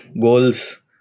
goals